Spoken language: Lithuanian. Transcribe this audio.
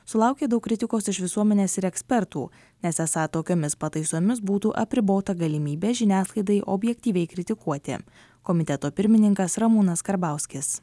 sulaukė daug kritikos iš visuomenės ir ekspertų nes esą tokiomis pataisomis būtų apribota galimybė žiniasklaidai objektyviai kritikuoti komiteto pirmininkas ramūnas karbauskis